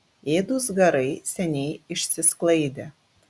ėdūs garai seniai išsisklaidė